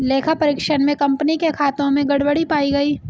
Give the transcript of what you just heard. लेखा परीक्षण में कंपनी के खातों में गड़बड़ी पाई गई